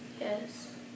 Yes